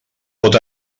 pot